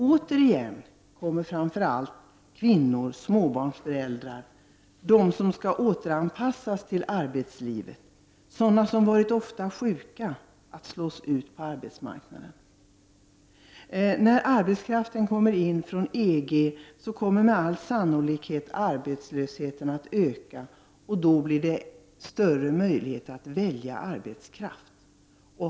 Återigen kommer framför allt kvinnor, småbarnsföräldrar och de som skall återanpassas till arbetslivet, sådana som har varit ofta sjuka, att slås ut från arbetsmarknaden. När arbetskraft kommer in från EG kommer med all sannolikhet arbetslösheten att öka. Då blir det större möjlighet att välja arbetskraft.